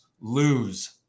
lose